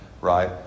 right